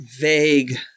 vague